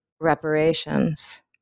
reparations